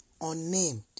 unnamed